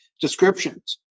descriptions